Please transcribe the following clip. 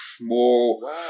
more